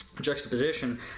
juxtaposition